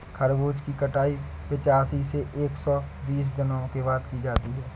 खरबूजे की कटाई पिचासी से एक सो बीस दिनों के बाद की जाती है